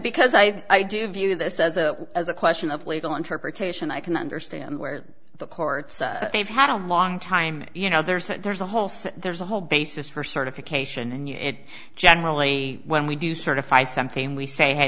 because i do view this as a as a question of legal interpretation i can understand where the court's they've had a long time you know there's there's a whole set there's a whole basis for certification and generally when we do certify something we say h